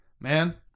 man